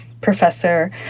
professor